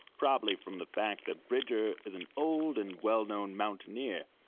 probably from the fact that bridger is an old and well-known mountaineer,